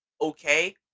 okay